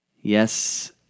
Yes